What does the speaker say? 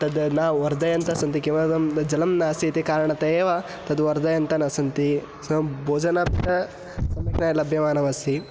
तत् न वर्धयन्तः सन्ति किमर्थं तत् जलं नास्ति इति कारणात् एव तद्वर्धयन्तः न सन्ति सम् भोजनं अ सम्यक्तया लभ्यमानमस्ति